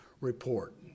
report